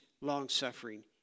longsuffering